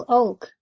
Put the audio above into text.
oak